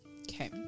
Okay